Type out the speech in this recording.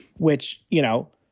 which, you know,